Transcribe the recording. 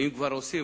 ואם כבר עושים,